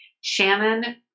shannon